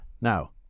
Now